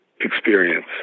experience